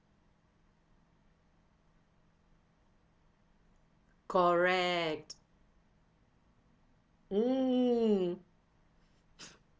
correct mm